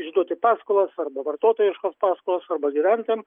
išduoti paskolos arba vartotojiškos paskolos arba gyventojam